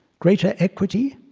greater equity?